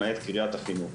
למעט קריית החינוך,